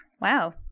Wow